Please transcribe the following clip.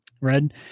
Red